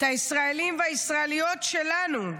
את הישראלים והישראליות שלנו.